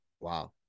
wow